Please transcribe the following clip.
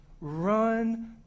Run